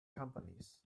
companies